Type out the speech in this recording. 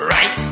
Right